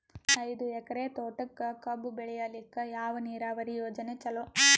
ಐದು ಎಕರೆ ತೋಟಕ ಕಬ್ಬು ಬೆಳೆಯಲಿಕ ಯಾವ ನೀರಾವರಿ ಯೋಜನೆ ಚಲೋ?